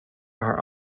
are